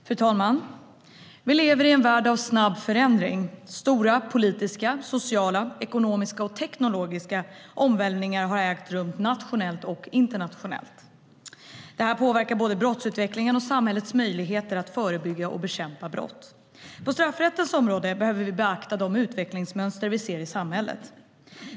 Fru talman! Vi lever i en värld av snabb förändring. Stora politiska, sociala, ekonomiska och teknologiska omvälvningar har ägt rum nationellt och internationellt. Det här påverkar både brottsutvecklingen och samhällets möjligheter att förebygga och bekämpa brott. På straffrättens område behöver vi beakta de utvecklingsmönster vi ser i samhället.